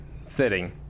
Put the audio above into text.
sitting